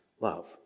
love